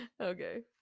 Okay